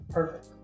Perfect